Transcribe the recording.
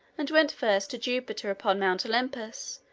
and went first to jupiter upon mount olympus,